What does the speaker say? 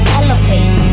elevate